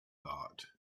thought